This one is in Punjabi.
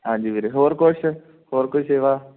ਹਾਂਜੀ ਵੀਰੇ ਹੋਰ ਕੁਛ ਹੋਰ ਕੋਈ ਸੇਵਾ